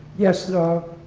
yes. the